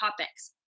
topics